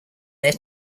their